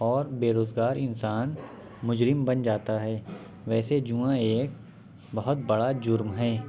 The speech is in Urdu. اور بے روزگار انسان مجرم بن جاتا ہے ویسے جوا ایک بہت بڑا جرم ہے